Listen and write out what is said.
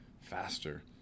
faster